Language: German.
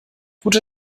gute